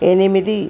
ఎనిమిది